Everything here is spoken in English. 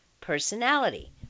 personality